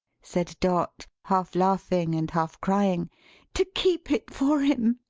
said dot, half laughing and half crying to keep it for him.